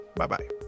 Bye-bye